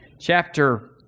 chapter